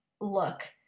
look